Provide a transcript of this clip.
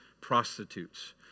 prostitutes